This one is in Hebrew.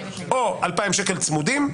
או 2,000 ש"ח צמודים,